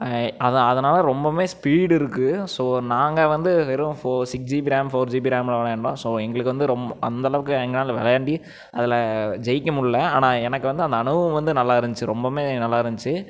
அதனால ரொம்பவுமே ஸ்பீடு இருக்குது ஸோ நாங்கள் வந்து வெறும் four six GB RAM four GB ராம்மில் விளையாண்டோ ஸோ எங்களுக்கு வந்து ரொம் அந்தளவுக்கு எங்களால் வெளாண்டு அதில் ஜெயிக்கமுடில ஆனால் எனக்கு வந்து அந்த அனுபவம் வந்து நல்லா இருந்துச்சு ரொம்பவுமே நல்லா இருந்துச்சு